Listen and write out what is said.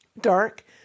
Dark